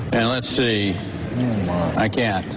and let's see i can't